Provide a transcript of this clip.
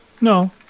No